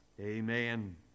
amen